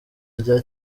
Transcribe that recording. rya